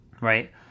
right